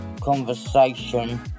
conversation